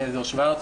אני אליעזר שוורץ,